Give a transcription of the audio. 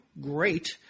great